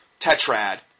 Tetrad